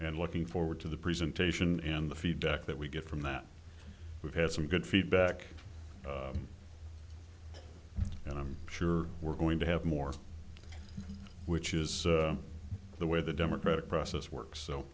and looking forward to the presentation and the feedback that we get from that we've had some good feedback and i'm sure we're going to have more which is the way the democratic process works so